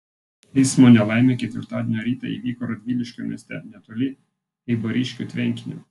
eismo nelaimė ketvirtadienio rytą įvyko radviliškio mieste netoli eibariškių tvenkinio